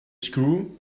screw